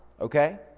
Okay